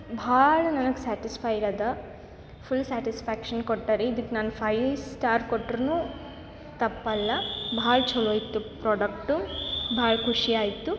ಭಾಳ ನನಗೆ ಸ್ಯಾಟಿಸಫೈಡ್ ಅದ ಫುಲ್ ಸ್ಯಾಟಿಸ್ಫ್ಯಾಕ್ಷನ್ ಕೊಟ್ಟ ರೀ ಇದ್ಕೆ ನಾನು ಫೈವ್ ಸ್ಟಾರ್ ಕೋಟ್ರು ತಪ್ಪು ಅಲ್ಲ ಭಾಳ ಚಲೋ ಇತ್ತು ಪ್ರಾಡಕ್ಟು ಭಾಳ್ ಖುಷಿ ಆಯಿತು